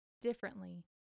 differently